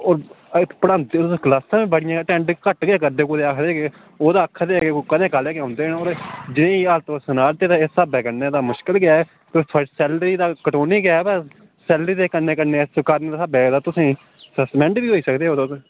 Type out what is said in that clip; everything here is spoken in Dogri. पढ़ांदे तुस क्लासां बड़ियां गै घट्ट अटेंड करदे ओ कुतै आखा दे कि ओह् कदें कालेज गै औंदे न ओह् जेह्ड़ी हालत ओह् सना दे ने ते इस स्हाबै तुस ते फिर सैलरी ते कटौनी गै पर सैलरी दे कन्नै कन्नै इस कारण स्हाबै तुस सस्पेंड होई सकदे ओ तुस